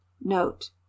note